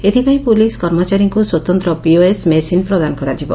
ଏଥିପାଇଁ ପୁଳିସ୍ କର୍ମଚାରୀଙ୍କୁ ସ୍ୱତନ୍ତ ପିଓଏସ୍ ମେସିନ୍ ପ୍ରଦାନ କରାଯିବ